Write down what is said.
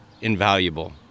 invaluable